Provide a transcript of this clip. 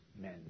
men